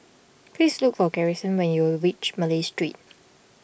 please look for Garrison when you reach Malay Street